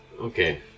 Okay